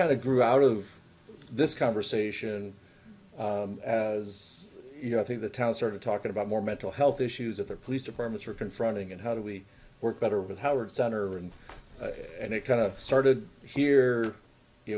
kind of grew out of this conversation as you know i think the town started talking about more mental health issues that their police departments were confronting and how do we work better with howard center and and it kind of started here you